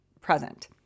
present